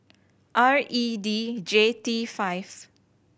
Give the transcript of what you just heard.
R E D J T five